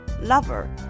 lover